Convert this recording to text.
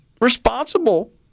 Responsible